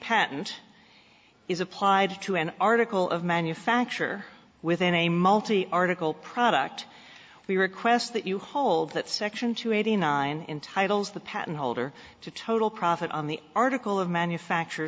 patent is applied to an article of manufacture within a multi article product we request that you hold that section two eighty nine in titles the patent holder to total profit on the article of manufacture